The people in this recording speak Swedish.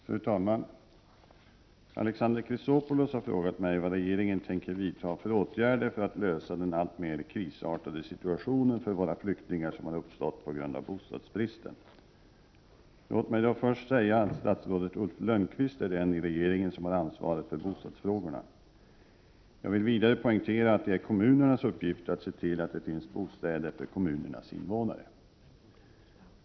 Fru talman! Alexander Chrisopoulos har frågat mig vad regeringen tänker vidta för åtgärder för att lösa den alltmer krisartade situationen för våra flyktingar, som har uppstått på grund av bostadsbristen? Låt mig först säga att statsrådet Ulf Lönnqvist är den i regeringen som har ansvaret för bostadsfrågorna. Jag vill vidare poängtera att det är kommunernas uppgift att se till att det finns bostäder för kommunernas invånare.